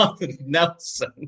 Nelson